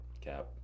Cap